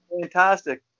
Fantastic